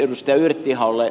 edustaja yrttiaholle